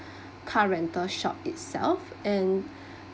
car rental shop itself and